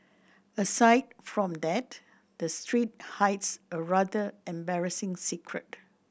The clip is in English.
aside from that the street hides a rather embarrassing secret